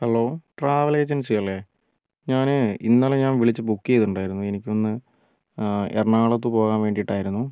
hello travel agency അല്ലേ ഞാൻ ഇന്നലെ ഞാൻ വിളിച്ച് ബുക്ക് ചെയ്തിട്ടുണ്ടായിരുന്നു എനിക്കൊന്ന് എറണാകുളത്ത് പോകാൻ വേണ്ടിയിട്ടായിരുന്നു